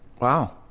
Wow